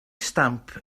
stamp